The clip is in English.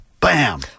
Bam